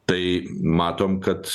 tai matom kad